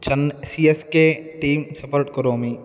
चन् C S K team support करोमि